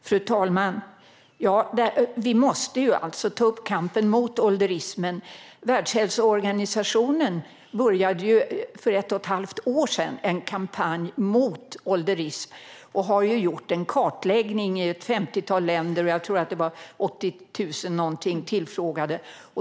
Fru talman! Vi måste ta upp kampen mot ålderismen. Världshälsoorganisationen började för ett och ett halvt år sedan med en kampanj mot ålderism och har gjort en kartläggning i ett femtiotal länder. Jag tror att det var 80 000 tillfrågade.